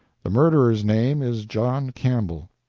the murderer's name is john campbell.